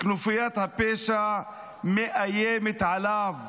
כנופיית הפשע מאיימת עליו.